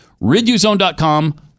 RidUZone.com